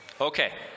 Okay